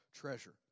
treasure